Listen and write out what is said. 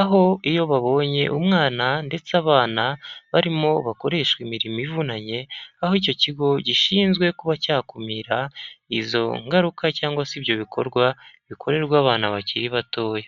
aho iyo babonye umwana ndetse abana barimo bakoreshwa imirimo ivunanye aho icyo kigo gishinzwe kuba cyakumira izo ngaruka cyangwa se ibyo bikorwa bikorerwa abana bakiri batoya.